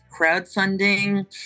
crowdfunding